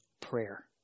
prayer